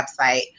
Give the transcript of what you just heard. website